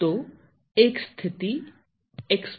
तो एक स्थिति e−